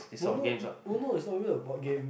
Uno Uno is not really a board game